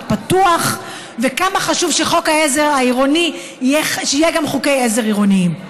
פתוח וכמה חשוב שיהיו גם חוקי עזר עירוניים.